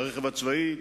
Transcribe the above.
הרכב הצבאי,